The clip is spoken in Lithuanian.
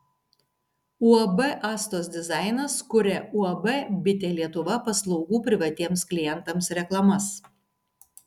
uab astos dizainas kuria uab bitė lietuva paslaugų privatiems klientams reklamas